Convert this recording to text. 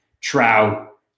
Trout